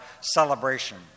celebration